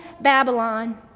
Babylon